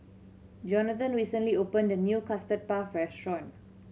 Jonathan recently opened a new Custard Puff restaurant